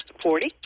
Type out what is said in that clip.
Forty